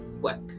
work